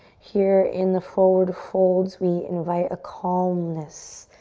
here in the forward folds we invite a calmness,